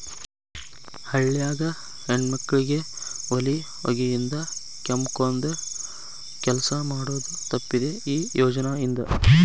ಹಳ್ಯಾಗ ಹೆಣ್ಮಕ್ಕಳಿಗೆ ಒಲಿ ಹೊಗಿಯಿಂದ ಕೆಮ್ಮಕೊಂದ ಕೆಲಸ ಮಾಡುದ ತಪ್ಪಿದೆ ಈ ಯೋಜನಾ ಇಂದ